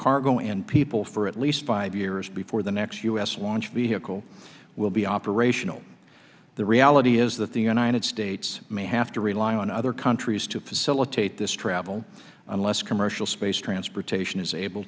cargo and people for at least five years before the next u s launch vehicle will be operational the reality is that the united states may have to rely on other countries to facilitate this travel unless commercial space transportation is able